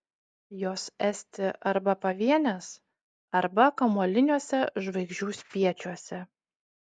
jos esti arba pavienės arba kamuoliniuose žvaigždžių spiečiuose